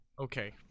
Okay